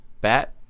Bat